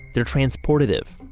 they're transportive,